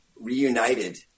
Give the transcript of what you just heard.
reunited